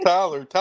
Tyler